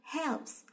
helps